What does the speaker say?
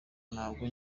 ntabwo